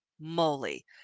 moly